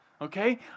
okay